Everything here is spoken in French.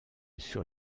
sur